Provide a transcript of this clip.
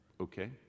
okay